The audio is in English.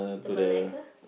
the Malacca